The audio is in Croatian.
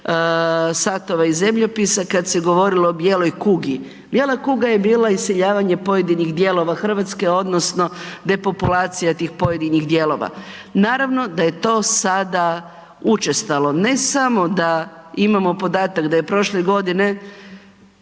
satova iz zemljopisa kad se govorilo o bijeloj kugi. Bijela kuga je bila iseljavanje pojedinih dijelova Hrvatske odnosno depopulacija tih pojedinih dijelova. Naravno da je to sada učestalo. Ne samo da imamo podatak da je prošle godine,